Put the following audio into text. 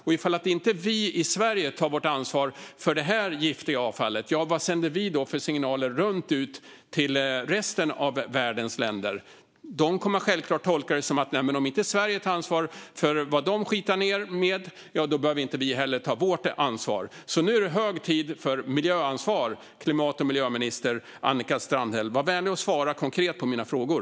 Om inte vi i Sverige tar vårt ansvar för det här giftiga avfallet, vad sänder vi då för signaler runt till resten av världens länder? De kommer självklart att tolka det som: Om inte Sverige tar ansvar för vad de skitar ned med behöver inte vi heller ta vårt ansvar. Nu är det hög tid för miljöansvar, klimat och miljöminister Annika Strandhäll! Var vänlig och svara konkret på mina frågor!